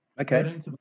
Okay